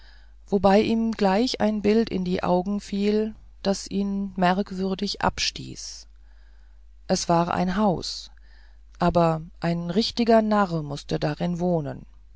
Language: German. wobei ihm gleich ein bild in die augen fiel das ihn merkwürdig abstieß es war ein haus aber ein richtiger narr mußte darin wohnen